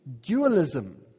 dualism